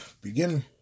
beginning